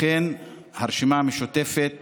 הרשימה המשותפת